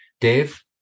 Dave